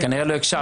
כנראה לא הקשבת לי.